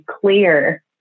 clear